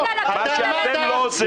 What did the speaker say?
מה שאתם לא עושים.